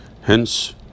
hence